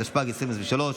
התשפ"ג 2023,